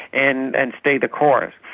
and and stay the course.